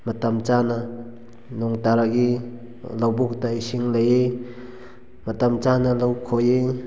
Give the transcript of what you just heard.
ꯃꯇꯝ ꯆꯥꯅ ꯅꯣꯡ ꯇꯥꯔꯛꯏ ꯂꯧꯕꯨꯛꯇ ꯏꯁꯤꯡ ꯂꯩ ꯃꯇꯝ ꯆꯥꯅꯥ ꯂꯧ ꯈꯣꯏꯌꯦ